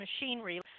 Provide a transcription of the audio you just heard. machinery